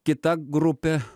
kita grupė